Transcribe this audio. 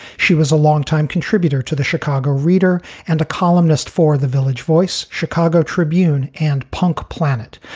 she was a longtime contributor to the chicago reader and a columnist for the village voice, chicago tribune and punke planet,